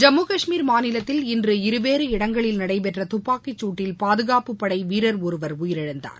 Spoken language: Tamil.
ஜம்மு காஷ்மீர் மாநிலத்தில் இன்று இருவேறு இடங்களில் நடைபெற்ற துப்பாக்கிச்சூட்டில் பாதுகாப்பு வீரர் உயிரிழந்தார்